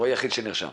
הוא היחיד שנרשם?